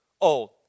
old